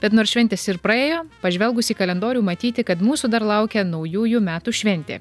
bet nors šventės ir praėjo pažvelgus į kalendorių matyti kad mūsų dar laukia naujųjų metų šventė